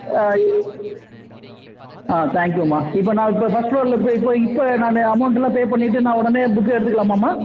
ஆ ஆ தேங்க்யூம்மா இப்போ நான் இப்போ ஃபர்ஸ்ட் ஃப்ளோரில் போய் இப்போ இப்போ நான் அமௌண்டெல்லாம் பே பண்ணிவிட்டு நான் உடனே புக்கு எடுத்துக்கலாமாம்மா